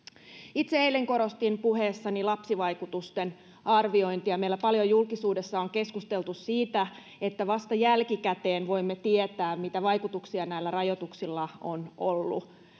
itse eilen korostin puheessani lapsivaikutusten arviointia meillä paljon julkisuudessa on keskusteltu siitä että vasta jälkikäteen voimme tietää mitä vaikutuksia näillä rajoituksilla on ollut